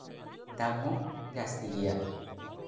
ᱫᱟᱢ ᱦᱚᱸ ᱡᱟᱹᱥᱛᱤ ᱜᱮᱭᱟ